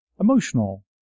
emotional